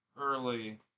early